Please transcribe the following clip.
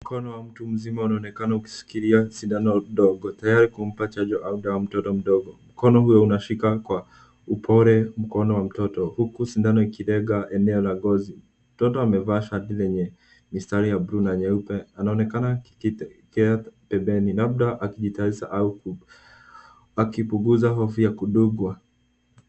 Mkono wa mtu mzima unaonekana ukishikilia sindano ndogo tayari kumpa chanjo au damu mtoto mdogo. Mkono huo unaushika kwa upole mkono wa mtoto huku sindano ikilenga eneo la ngozi. Mtoto amevaa shati lenye mistari ya bluu na nyeupe. Anaonekana akitekea pembeni labda akijitayarisha au ku- akipunguza hofu ya kudungwa.